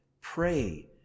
Pray